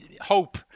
hope